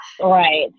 right